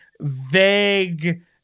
vague